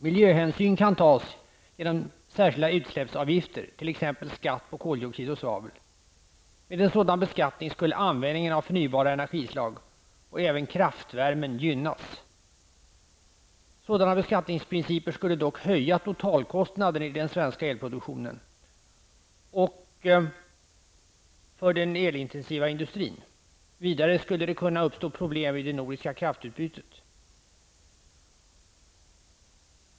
Miljöhänsyn kan tas genom särskilda utsläppsavgifter, t.ex. skatt på koldioxid och svavel. Med en sådan beskattning skulle användningen av förnybara energislag och även kraftvärmen gynnas. Sådana beskattningsprinciper skulle dock höja totalkostnaderna i den svenska elproduktionen och för den elintensiva industrin. Vidare skulle det kunna uppstå problem i det nordiska kraftutbytet.''